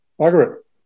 Margaret